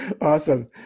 Awesome